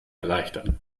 erleichtern